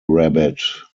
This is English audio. rabbit